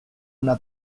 una